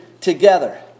together